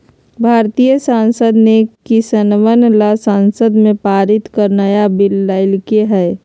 भारतीय संसद ने किसनवन ला संसद में पारित कर नया बिल लय के है